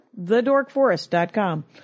thedorkforest.com